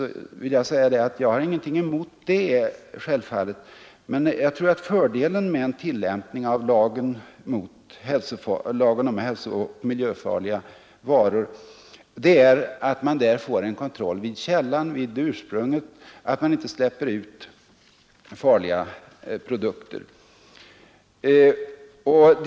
Jag har självfallet ingenting emot det, men jag tror att fördelen med en tillämpning av lagen om hälsooch miljöfarliga varor är att man då får en kontroll vid källan, vid ursprunget, så att farliga produkter inte släpps ut.